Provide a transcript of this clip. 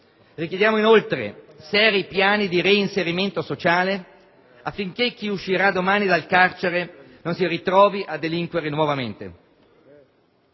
Richiediamo inoltre seri piani di reinserimento sociale, affinché chi uscirà domani dal carcere non si ritrovi a delinquere nuovamente.